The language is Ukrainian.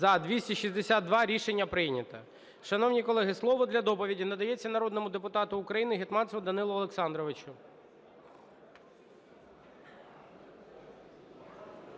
За-262 Рішення прийнято. Шановні колеги, слово для доповіді надається народному депутату України Гетманцеву Данилу Олександровичу.